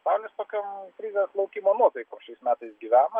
pasaulis tokiom krizės laukimo nuotaikom šiais metais gyveno